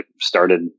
started